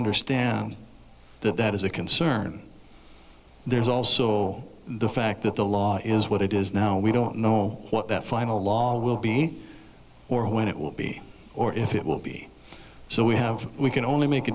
understand that that is a concern there's also the fact that the law is what it is now we don't know what that final law will be or when it will be or if it will be so we have we can only make a